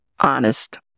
Honest